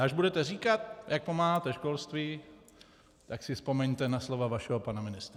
Až budete říkat, jak pomáháte školství, tak si vzpomeňte na slova vašeho pana ministra.